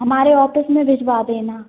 हमारे ऑफिस में भिजवा देना